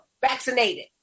vaccinated